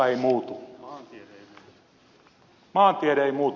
maantiede ei muutu